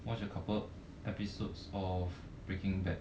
once a couple episodes of breaking bad